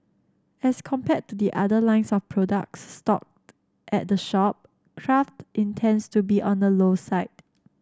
as compared to the other lines of products stocked at the shop craft intends to be on the low side